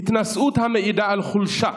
התנשאות המעידה על חולשה,